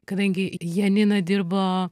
kadangi janina dirbo